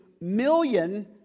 million